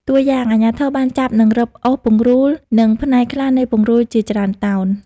តួយ៉ាង អាជ្ញាធរបានចាប់និងរឹបអូសពង្រូល និងផ្នែកខ្លះនៃពង្រូលជាច្រើនតោន។